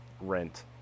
rent